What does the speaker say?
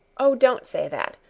oh, don't say that.